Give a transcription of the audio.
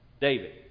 David